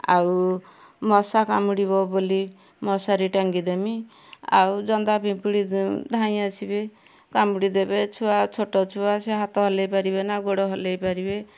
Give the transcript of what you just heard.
ଆଉ ମଶା କାମୁଡ଼ିବ ବୋଲି ମଶାରୀ ଟାଙ୍ଗିଦେମି ଆଉ ଜନ୍ଦା ପିମ୍ପୁଡ଼ି ଧାଇଁ ଆସିବେ କାମୁଡ଼ି ଦେବେ ଛୁଆ ଛୋଟ ଛୁଆ ସିଏ ହାତ ହଲେଇ ପାରିବେ ନା ଗୋଡ଼ ହଲେଇ ପାରିବେ